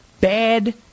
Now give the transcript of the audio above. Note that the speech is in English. bad